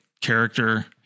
character